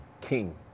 King